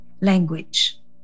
language